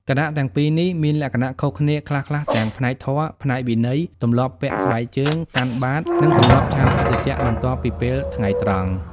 គណៈទាំងពីរនេះមានលក្ខណៈខុសគ្នាខ្លះៗទាំងផ្នែកធម៌ ផ្នែកវិន័យ ទម្លាប់ពាក់ស្បែកជើង កាន់បាត្រ និងទម្លាប់ឆាន់ភេសជ្ជៈបន្ទាប់ពីពេលថ្ងៃត្រង់។